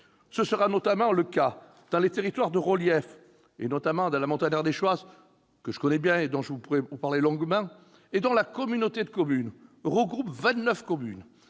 Ce sera notamment le cas dans les territoires de relief et, particulièrement, dans la montagne ardéchoise, que je connais bien et dont je pourrais vous parler longuement. La communauté de communes de la Montagne